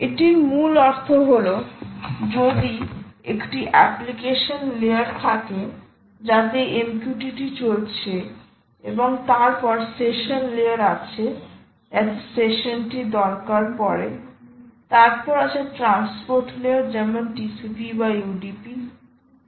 এটির মূল অর্থ হল যদি একটি এপ্লিকেশন লেয়ার থাকে যাতে MQTT চলছে এবং তারপর সেশন লেয়ার আছে যাতে সেশন কি দরকার পড়ে তারপর আছে ট্রান্সপোর্ট লেয়ার যেমন TCP বা UDP